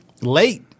late